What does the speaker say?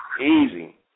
Easy